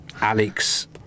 Alex